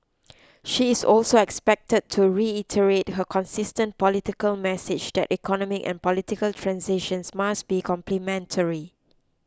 she is also expected to reiterate her consistent political message that economic and political transitions must be complementary